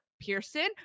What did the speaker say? Pearson